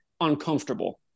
uncomfortable